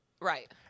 Right